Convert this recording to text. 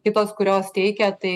kitos kurios teikia tai